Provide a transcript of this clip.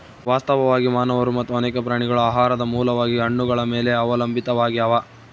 ವಾಸ್ತವವಾಗಿ ಮಾನವರು ಮತ್ತು ಅನೇಕ ಪ್ರಾಣಿಗಳು ಆಹಾರದ ಮೂಲವಾಗಿ ಹಣ್ಣುಗಳ ಮೇಲೆ ಅವಲಂಬಿತಾವಾಗ್ಯಾವ